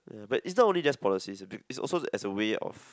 ya but it's not only just policies it's also as a way of